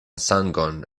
sangon